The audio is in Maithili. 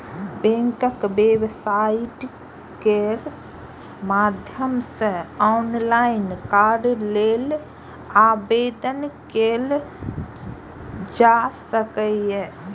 बैंकक वेबसाइट केर माध्यम सं ऑनलाइन कर्ज लेल आवेदन कैल जा सकैए